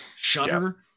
Shudder